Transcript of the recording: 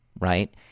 right